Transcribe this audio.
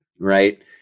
right